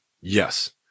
Yes